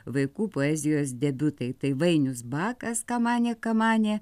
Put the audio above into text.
vaikų poezijos debiutai tai vainius bakas kamanė kamanė